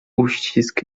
uścisk